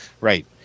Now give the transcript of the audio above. Right